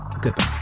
goodbye